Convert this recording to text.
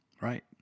right